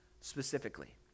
specifically